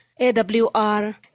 AWR